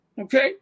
Okay